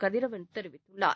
கதிரவன் தெரிவித்துள்ளார்